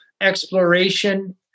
exploration